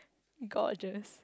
gorgeous